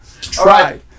Try